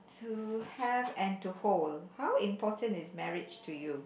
to have and to hold how important is marriage to you